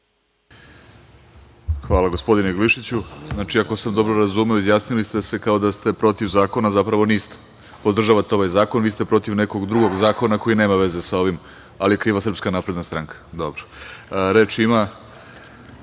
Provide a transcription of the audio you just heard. Hvala, gospodine Glišiću. Znači, ako sam dobro razumeo izjasnili ste kao da ste protiv zakona, zapravo niste, podržavate ovaj zakon, vi ste protiv nekog drugog zakona koji nema veze sa ovim, ali je kriva SNS. Dobro. Reč ima